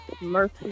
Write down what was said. mercy